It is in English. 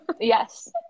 Yes